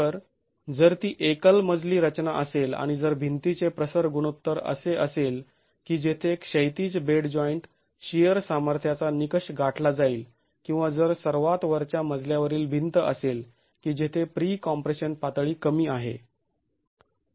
तर जर ती एकल मजली रचना असेल आणि जर भिंतीचे प्रसर गुणोत्तर असे असेल की जेथे क्षैतिज बेड जॉईंट शिअर सामर्थ्याचा निकष गाठला जाईल किंवा जर सर्वात वरच्या मजल्यावरील भिंत असेल की जेथे प्री कॉम्प्रेशन पातळी कमी आहे